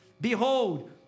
behold